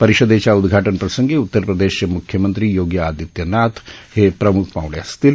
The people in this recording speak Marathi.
परिषदेच्या उद्घाटन प्रसंगी उतर प्रदेशचे म्ख्यमंत्री योगी आदित्यनाथ हे प्रम्ख पाहणे असतील